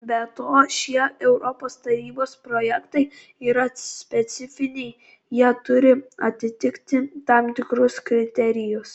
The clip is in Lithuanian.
be to šie europos tarybos projektai yra specifiniai jie turi atitikti tam tikrus kriterijus